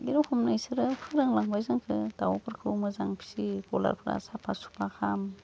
बे रखम नोंसोरो फोरोंलांबाय जोंखो दावफोरखौ मोजां फिसि बलारफ्रा साफा सुफा खाम